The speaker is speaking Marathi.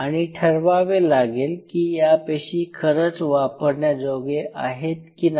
आणि ठरवावे लागेल की या पेशी खरंच वापरण्याजोगे आहेत की नाही